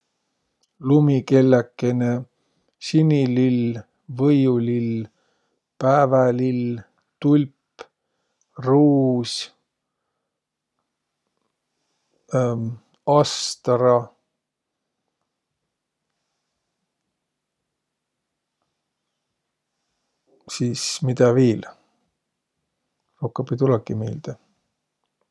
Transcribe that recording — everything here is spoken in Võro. Lumikelläkene, sinilill, võulill, päävälill, tulp, ruus, astra. Sis midä viil? Rohkõmb ei tulõki miilde.